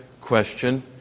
question